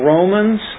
Romans